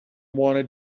wanted